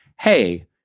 hey